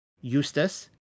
Eustace